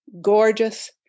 gorgeous